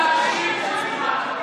לומדים תנ"ך.